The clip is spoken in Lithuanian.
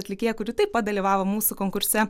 atlikėja kuri taip pat dalyvavo mūsų konkurse